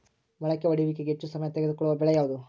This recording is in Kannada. ಮೊಳಕೆ ಒಡೆಯುವಿಕೆಗೆ ಹೆಚ್ಚು ಸಮಯ ತೆಗೆದುಕೊಳ್ಳುವ ಬೆಳೆ ಯಾವುದು?